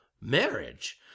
marriage